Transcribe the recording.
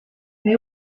they